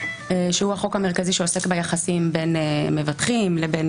שהוא החוק המרכזי שעוסק ביחסים בין מבטחים לבין